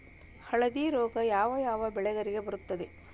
ಹಳದಿ ರೋಗ ಯಾವ ಯಾವ ಬೆಳೆಗೆ ಬರುತ್ತದೆ?